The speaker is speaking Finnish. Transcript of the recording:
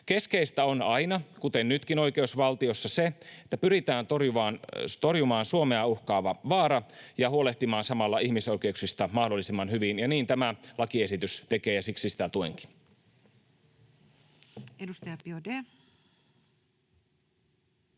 Keskeistä on aina, kuten nytkin oikeusvaltiossa, se, että pyritään torjumaan Suomea uhkaava vaara ja huolehtimaan samalla ihmisoikeuksista mahdollisimman hyvin, ja niin tämä lakiesitys tekee, ja siksi sitä tuenkin.